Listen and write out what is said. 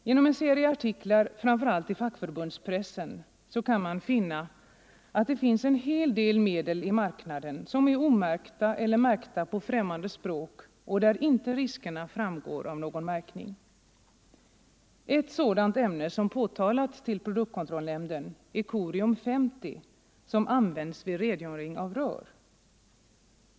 Genom en serie artiklar, framför allt i fackförbundspressen, kan man konstatera att det finns en hel del medel i marknaden som är omärkta eller märkta på främmande språk och där inte riskerna framgår av någon märkning. Ett sådant ämne som påtalats hos produktkontrollnämnden är Corium 50, som används vid rengöring av rör.